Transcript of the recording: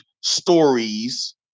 stories